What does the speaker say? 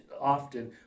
often